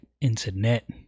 internet